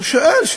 הוא שואל,